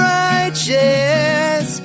righteous